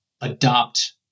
adopt